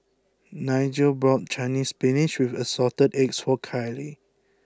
Nigel bought chinese spinach with assorted eggs for Kylie